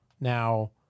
Now